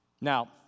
Now